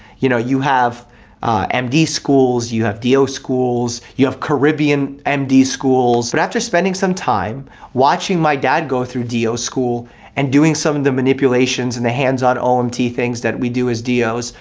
you know you have m d. schools, you have d o. schools, you have caribbean m d. schools. but after spending some time watching my dad go through d o. school and doing some of the manipulations and the hands on omt um things that we do as d o s,